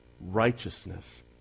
righteousness